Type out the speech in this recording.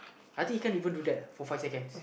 I think he can't even do that uh for five seconds